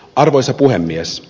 arvoisa puhemies